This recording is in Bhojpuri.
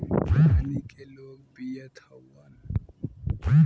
पानी के लोग पियत हउवन